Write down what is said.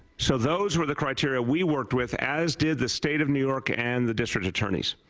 so those were the criteria we worked with as did the state of new york and the district attorney's.